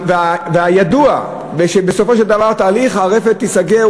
ידוע שבסופו של תהליך הרפת תיסגר,